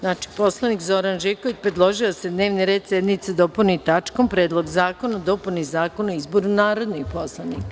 Narodni poslanik Zoran Živković predložio je da se dnevni red sednice dopuni tačkom – Predlog zakona o dopuni Zakona o izboru narodnih poslanika.